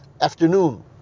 afternoon